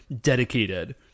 dedicated